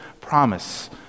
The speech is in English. promise